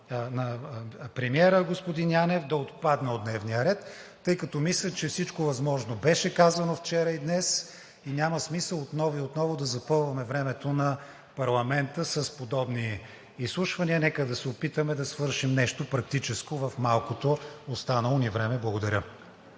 бяхме приели, да отпадне от дневния ред, тъй като мисля, че всичко възможно беше казано вчера и днес, и няма смисъл отново и отново да запълваме времето на парламента с подобни изслушвания. Нека да се опитаме да свършим нещо практическо в малкото останало ни време. Благодаря.